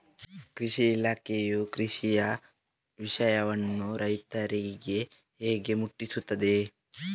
ಕೃಷಿ ಇಲಾಖೆಯು ಕೃಷಿಯ ವಿಷಯವನ್ನು ರೈತರಿಗೆ ಹೇಗೆ ಮುಟ್ಟಿಸ್ತದೆ?